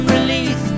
Relief